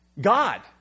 god